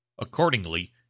accordingly